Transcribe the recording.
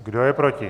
Kdo je proti?